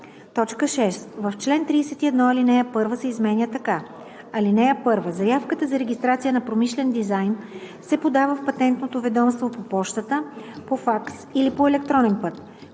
6. В чл. 31 ал. 1 се изменя така: „(1) Заявката за регистрация на промишлен дизайн се подава в Патентното ведомство по пощата, по факс или по електронен път.